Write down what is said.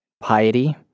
piety